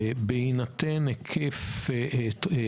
בהינתן היקף גדול,